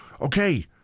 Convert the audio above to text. okay